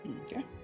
Okay